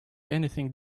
anything